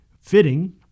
fitting